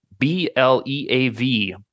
B-L-E-A-V